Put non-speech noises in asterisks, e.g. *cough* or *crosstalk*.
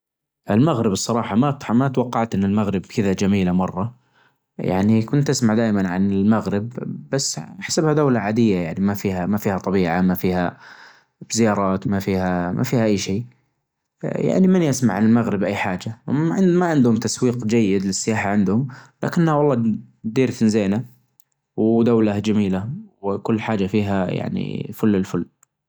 المكرونة والدچاچ، أحب المكرونة أحب الدچاچ، يعني لو كنت مضطر إنى آكل نوعين بس من الطعام باجى حياتى كلها أختار المكرونة وال-والدچاچ، ما راح أختار أى نوع تانى من أى أكلة، لأنه كمان وچبة متكاملة فيها نشويات فيها دهون فيها بروتين *hesitation* فيها كربوهيدرات فيها سكريات لأن النشويات تتحول إلى سكر، فيها كل شي.